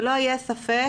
שלא יהיה ספק,